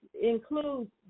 include